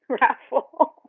raffle